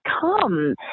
come